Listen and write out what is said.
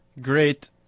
great